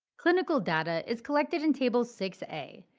clinical data is collected in table six a,